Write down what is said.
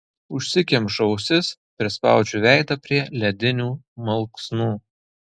užsikemšu ausis prispaudžiu veidą prie ledinių malksnų